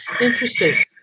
Interesting